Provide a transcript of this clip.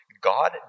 God